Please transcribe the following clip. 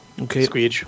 Okay